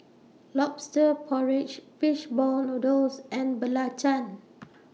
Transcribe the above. Lobster Porridge Fish Ball Noodles and Belacan